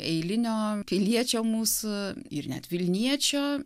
eilinio piliečio mūsų ir net vilniečio